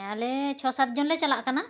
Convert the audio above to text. ᱦᱮᱸ ᱟᱞᱮ ᱪᱷᱚᱼᱥᱟᱛ ᱡᱚᱱᱞᱮ ᱪᱟᱞᱟᱜ ᱠᱟᱱᱟ